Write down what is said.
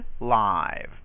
live